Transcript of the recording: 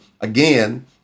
again